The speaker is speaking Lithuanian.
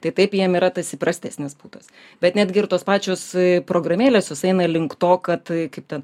tai taip jiem yra tas įprastesnis būdas bet netgi ir tos pačios programėlės jos eina link to kad kaip ten